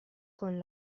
con